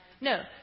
No